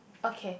okay